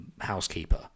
housekeeper